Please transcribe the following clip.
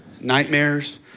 nightmares